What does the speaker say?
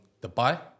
Dubai